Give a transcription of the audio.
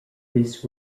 this